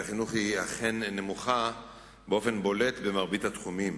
החינוך היא אכן נמוכה באופן בולט במרבית התחומים